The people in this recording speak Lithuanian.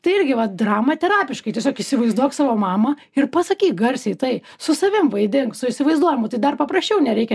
tai irgi va dramaterapiškai tiesiog įsivaizduok savo mamą ir pasakyk garsiai tai su savim vaidink su įsivaizduojamu tai dar paprasčiau nereikia